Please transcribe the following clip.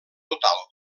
total